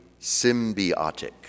symbiotic